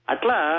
Atla